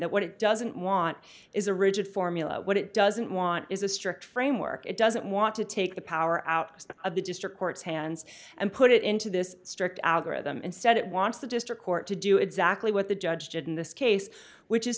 that what it doesn't want is a rigid formula what it doesn't want is a strict framework it doesn't want to take the power out of the district court's hands and put it into this strict algorithm instead it wants the district court to do exactly what the judge did in this case which is